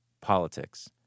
politics